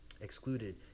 excluded